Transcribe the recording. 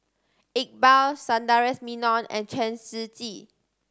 Iqbal Sundaresh Menon and Chen Shiji